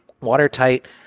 watertight